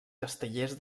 castellers